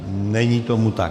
Není tomu tak.